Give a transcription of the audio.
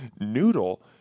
noodle